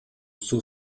суу